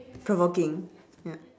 provoking ya